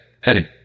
Heading